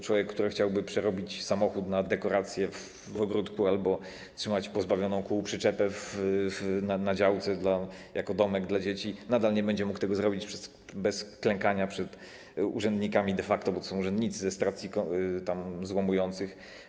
Człowiek, który chciałby przerobić samochód na dekorację w ogródku albo trzymać pozbawioną kół przyczepę na działce jako domek dla dzieci, nadal nie będzie mógł tego zrobić bez klękania przed urzędnikami de facto, bo to są urzędnicy, ze stacji złomujących.